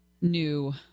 new